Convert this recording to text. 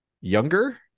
younger